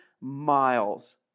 miles